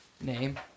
name